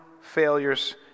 failures